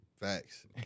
Facts